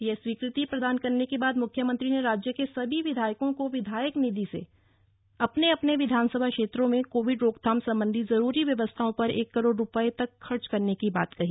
यह स्वीकृति प्रदान करने के बाद मुख्यमंत्री ने राज्य के सभी विधायको को विधायक निधि से अपने अपने विधानसभा क्षेत्रों में कोविड रोकथाम सम्बंधी जरुरी व्यवस्थाओं पर एक करोड़ रुपए तक खर्च करने की बात कही